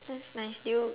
that's nice do you